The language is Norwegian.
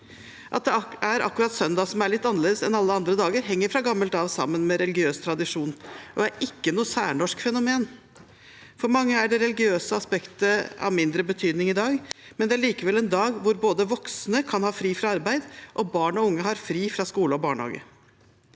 At det er akkurat søndag som er litt annerledes enn alle andre dager, henger fra gammelt av sammen med religiøs tradisjon og er ikke noe særnorsk fenomen. For mange er det religiøse aspektet av mindre betydning i dag, men det er likevel en dag hvor både voksne kan ha fri fra arbeid, og barn og unge har fri fra skole og barnehage.